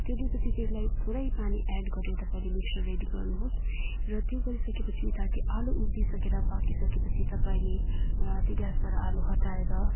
त्यो लिएपछि त्यसलाई थोरै पानी एड गरेर तपाईँले मिक्सर रेडी गर्नुहोस् र त्यो गरिसकेपछि यतापट्टि आलु उसिनिसकेर पाकिसकेपछि तपाईँले त्यो ग्यासबाट आलु हटाएर